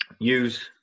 Use